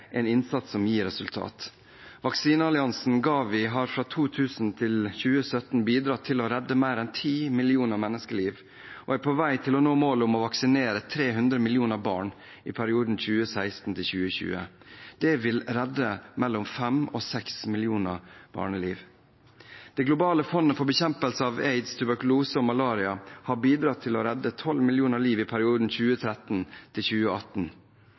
en innsats som gir resultater. Vaksinealliansen GAVI har fra 2000 til 2017 bidratt til å redde mer enn 10 millioner menneskeliv og er på vei til å nå målet om å vaksinere 300 millioner barn i perioden 2016–2020. Det vil redde mellom fem og seks millioner barneliv. Det globale fondet for bekjempelse av aids, tuberkulose og malaria har bidratt til å redde 12 millioner liv i perioden